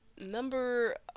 Number